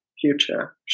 future